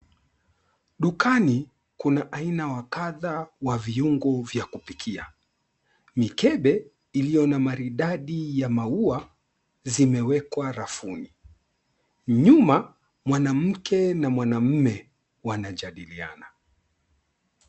Dukani kuna aina wa kadha wa viungo vya kupikia. Mikebe iliyo na maridadi ya maua zimewekwa rafuni. Nyuma mwanamke na mwanamume wanajadiliana.